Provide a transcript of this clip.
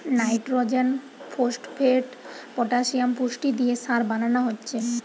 nitrogen, phosphate, potassium পুষ্টি দিয়ে সার বানানা হচ্ছে